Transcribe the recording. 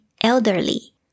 elderly